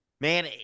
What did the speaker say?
Man